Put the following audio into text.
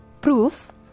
Proof